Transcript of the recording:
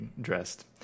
dressed